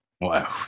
wow